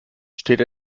steht